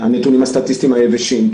הנתונים הסטטיסטיים היבשים.